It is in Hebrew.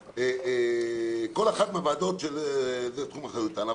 כל אחת מהוועדות שבתחום אחריותן.